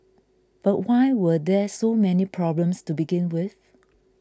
but why were there so many problems to begin with